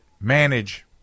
manage